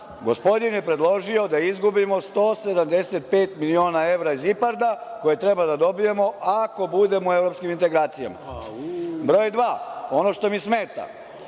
gospodin je predložio da izgubimo 175 miliona evra iz IPARD-a koje treba da dobijemo ako budemo u evropskim integracijama. Broj dva, ono što mi smeta,